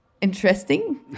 interesting